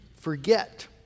forget